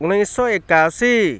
ଉଣେଇଶ ଏକାଅଶୀ